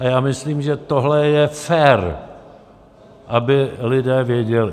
A já myslím, že tohle je fér, aby lidé věděli.